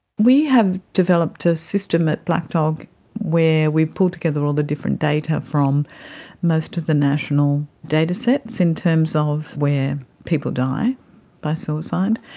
we have developed a system at black dog where we pull together all the different data from most of the national datasets in terms of where people die by suicide,